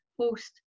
post